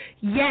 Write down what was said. Yes